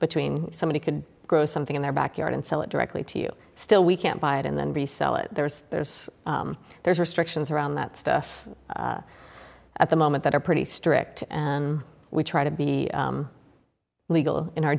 between somebody could grow something in their backyard and sell it directly to you still we can't buy it and then resell it there's there's there's restrictions around that stuff at the moment that are pretty strict and we try to be legal in our